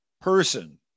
person